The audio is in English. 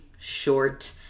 short